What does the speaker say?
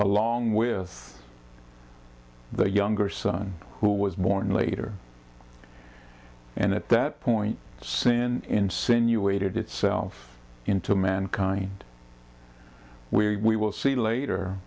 along with the younger son who was born later and at that point sin sin you waited itself into mankind we will see later